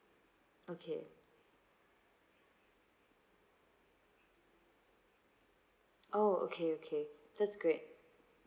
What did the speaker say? okay oh okay okay that's great